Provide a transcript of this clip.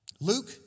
Luke